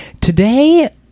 Today